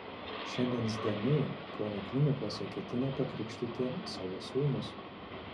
šiandien zdaniai kauno klinikose ketina pakrikštyti savo sūnus